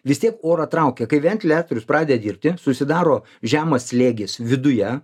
vis tiek orą traukia kai ventiliatorius pradeda dirbti susidaro žemas slėgis viduje